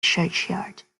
churchyard